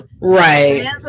Right